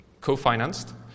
co-financed